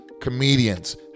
comedians